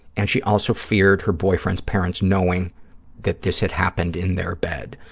and she also feared her boyfriend's parents knowing that this had happened in their bed.